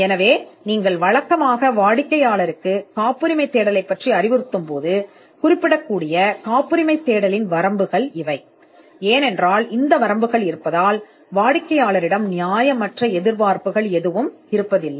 எனவே இவை காப்புரிமைத் தேடலின் வரம்புகள் நீங்கள் வழக்கமாக வாடிக்கையாளருக்கு காப்புரிமைத் தேடலைப் பற்றி அறிவுறுத்துவீர்கள் ஏனெனில் இந்த வரம்புகள் காரணமாக வாடிக்கையாளரிடமிருந்து நியாயமற்ற எதிர்பார்ப்புகள் எதுவும் இல்லை